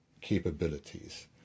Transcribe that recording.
capabilities